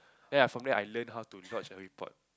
ya from there I learnt how to lodge a report